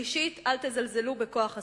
שלישית, אל תזלזלו בכוח הזכות.